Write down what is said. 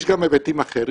יש גם היבטים אחרים,